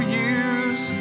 years